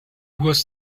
was